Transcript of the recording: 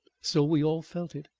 so we all felt it.